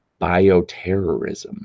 bioterrorism